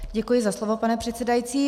Děkuji za slovo, pane předsedající.